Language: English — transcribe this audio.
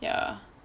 ya